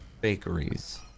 bakeries